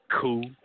Cool